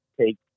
take